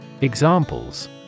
Examples